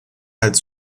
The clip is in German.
als